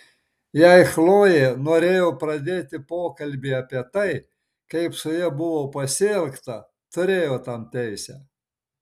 jei chlojė norėjo pradėti pokalbį apie tai kaip su ja buvo pasielgta turėjo tam teisę